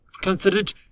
considered